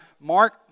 Mark